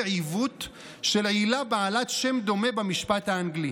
עיוות של עילה בעלת שם דומה במשפט האנגלי,